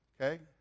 okay